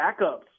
backups